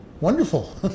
Wonderful